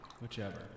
Whichever